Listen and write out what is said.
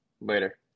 later